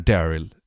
Daryl